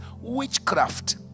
witchcraft